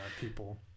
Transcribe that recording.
people